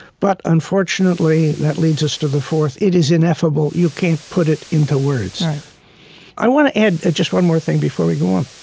but unfortunately, that leads us to the fourth it is ineffable, you can't put it into words i want to add just one more thing before we go on.